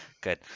good